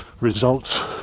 Results